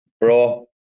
Bro